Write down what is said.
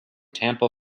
tampa